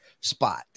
spot